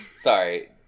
Sorry